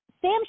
Sam